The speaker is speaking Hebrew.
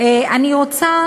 אני רוצה,